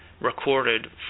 recorded